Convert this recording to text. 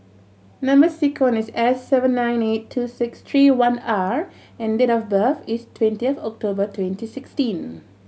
number sequence is S seven nine eight two six three one R and date of birth is twenty of October twenty sixteen